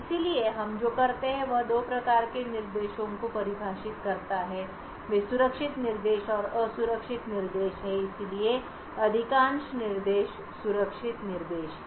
इसलिए हम जो करते हैं वह दो प्रकार के निर्देशों को परिभाषित करता है वे सुरक्षित निर्देश और असुरक्षित निर्देश हैं इसलिए अधिकांश निर्देश सुरक्षित निर्देश हैं